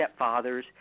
stepfathers